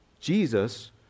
Jesus